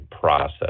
process